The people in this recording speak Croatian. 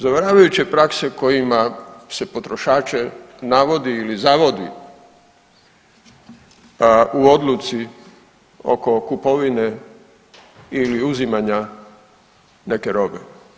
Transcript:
Zavaravajuće prakse kojima se potrošače navodi ili zavodi u odluci oko kupovine ili uzimanja neke robe.